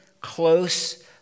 close